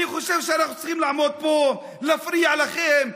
אני חושב שאנחנו צריכים לעמוד פה להפריע לכם,